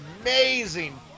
amazing